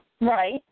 Right